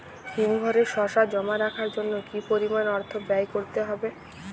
হিমঘরে শসা জমা রাখার জন্য কি পরিমাণ অর্থ ব্যয় করতে হয়?